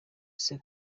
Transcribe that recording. ese